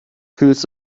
fühlst